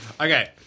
Okay